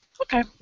okay